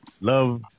love